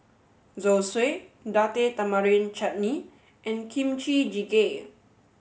Zosui Date Tamarind Chutney and Kimchi Jjigae